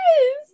Yes